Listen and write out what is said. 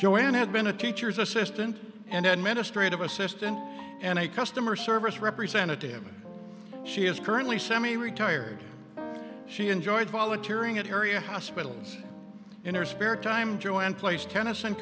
joanne had been a teacher's assistant an administrative assistant and a customer service representative she is currently semi retired she enjoyed volunteering at area hospitals in her spare time joanne plays tennis and